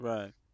Right